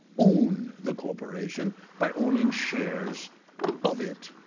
own the corporation by owning shares of it.